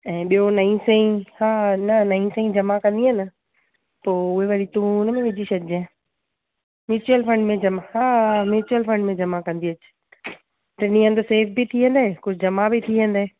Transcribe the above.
ऐं ॿियो नई सई खां न नई सई जमा कंदीअ न पोइ उहे वरी तूं उनमें विझी छ्ॾजंइ म्यूचुअल फंड में जमा हा म्यूचुअल फंड में जमा कंदी अच टिनी हंधि सेफ़ बि थी वेंदई कुझु जमा बि थी वेंदई